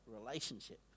relationship